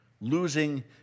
Losing